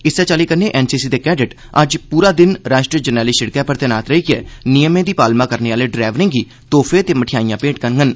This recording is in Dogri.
इस्सै चाल्ली कन्नै एनसीसी दे कैडेट अज्ज पूरा दिन राष्ट्री जरनैली सिड़कै पर तैनात रेइयै नियमें दी पालमा करने आह्ले डरैवरें गी तोहफे ते मठेआईयां भेंट करडन